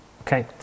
okay